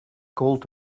gold